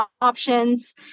options